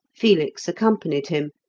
felix accompanied him,